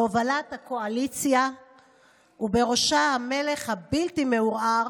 בהובלת הקואליציה ובראשה המלך הבלתי-מעורער